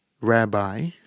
Rabbi